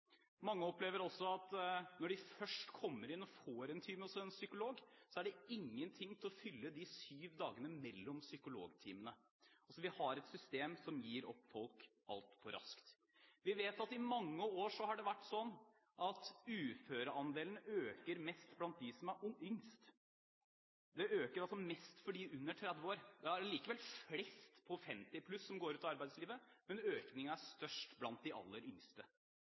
Mange opplever også at når de først får time hos en psykolog, er det ingenting til å fylle de syv dagene mellom psykologtimene. Vi har et system som altfor raskt gir opp folk. Vi vet at det i mange år har vært sånn at uføreandelen øker mest blant dem som er yngst. Den øker mest blant dem under 30 år. Det er allikevel flest på 50 pluss som går ut av arbeidslivet, men økningen er størst blant de aller yngste.